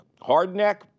hardneck